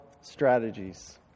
strategies